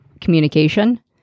communication